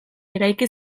eraiki